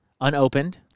unopened